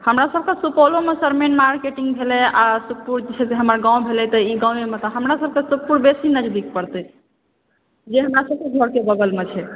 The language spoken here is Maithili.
हमरा सब के सर सुपौलो मे मेन मार्केटिंग भेलै आ सुखपुर जे छै हमर गाँव भेलै तऽ ई गाँवे मे तऽ हमरा सब के सुखपुर बेसी नजदीक पड़तै जे हमरा सबके घरके बगलमे छै